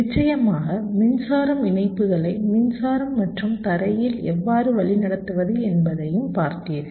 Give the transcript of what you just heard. நிச்சயமாக மின்சாரம் இணைப்புகளை மின்சாரம் மற்றும் தரையில் எவ்வாறு வழிநடத்துவது என்பதையும் பார்த்தீர்கள்